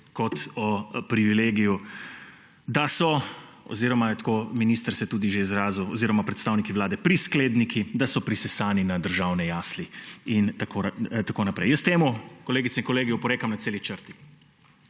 kot o privilegiju, oziroma se je minister tudi že izrazil tako oziroma predstavniki Vlade, da so priskledniki, da so prisesani na državne jasli in tako naprej. Jaz temu, kolegice in kolegi, oporekam na celi črti.